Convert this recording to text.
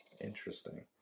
Interesting